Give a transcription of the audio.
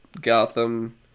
Gotham